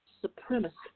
supremacy